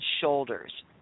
shoulders